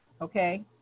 okay